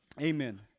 Amen